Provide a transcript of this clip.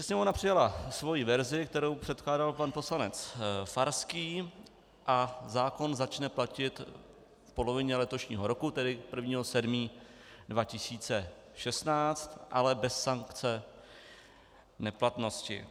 Sněmovna přijala svoji verzi, kterou předkládal pan poslanec Farský, a zákon začne platit v polovině letošního roku, tedy od 1. 7. 2016, ale bez sankce neplatnosti.